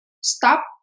Stop